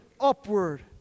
upward